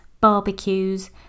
barbecues